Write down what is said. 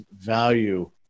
value